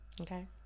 Okay